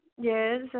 yes